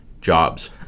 jobs